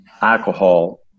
alcohol